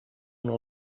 una